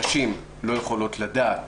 נשים לא יכולות לדעת